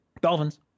Dolphins